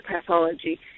pathology